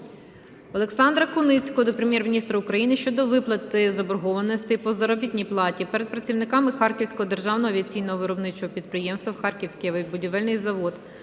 Олександра Куницького до Прем'єр-міністра України щодо виплати заборгованостей по заробітній платі перед працівниками Харківського державного авіаційного виробничого підприємства (Харківській авіабудівельний завод).